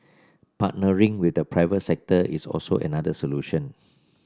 partnering with the private sector is also another solution